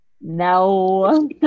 no